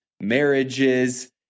marriages